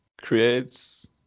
creates